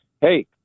hey